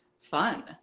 fun